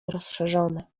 rozszerzone